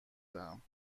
دهم